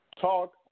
talk